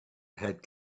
had